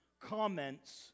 comments